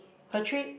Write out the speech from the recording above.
per trip